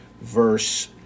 verse